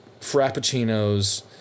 frappuccinos